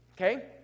Okay